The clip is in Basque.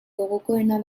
gogokoena